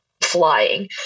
flying